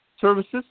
services